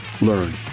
Learn